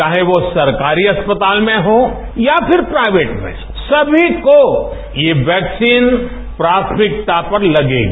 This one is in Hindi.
चाहे वो सरकारी अस्पताल में हो या फिर प्राइवेट में समी को ये वैक्सीन प्राथमिकता पर लगेगी